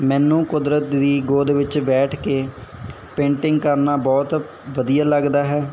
ਮੈਨੂੰ ਕੁਦਰਤ ਦੀ ਗੋਦ ਵਿੱਚ ਬੈਠ ਕੇ ਪੇਂਟਿੰਗ ਕਰਨਾ ਬਹੁਤ ਵਧਈਆ ਲੱਗਦਾ ਹੈ